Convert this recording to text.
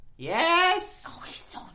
Yes